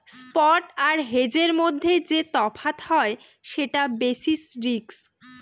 spot আর হেজের মধ্যে যে তফাৎ হয় সেটা বেসিস রিস্ক